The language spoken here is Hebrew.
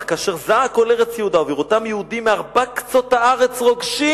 "אך כאשר זעה כל ארץ יהודה ובראותם יהודים מארבע קצות הארץ רוגשים"